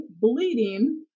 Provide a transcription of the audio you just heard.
bleeding